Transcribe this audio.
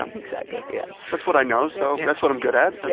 um exactly yeah. that's what i know. so that's what i'm good at,